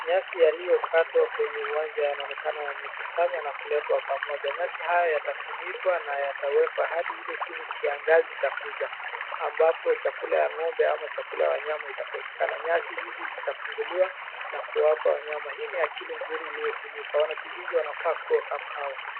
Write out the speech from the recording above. Nyasi yaliyokatwa kwenye uwanja yanaonekana yamekusanywa na kuletwa pamoja. Nyasi hayo yatafunikwa na yatawekwa hadi ile siku kiangazi itakuja ambapo chakula ya ng'ombe ama chakula ya wanyama itakosekana. Nyasi hizi zitafunguliwa na kuwapa wanyama. Hii ni akili mzuri iliotumika, wanakijiji wanafaa kuwa kama hawa.